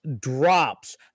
drops